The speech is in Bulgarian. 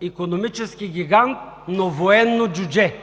икономически гигант, но военно джудже.